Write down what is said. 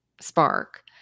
spark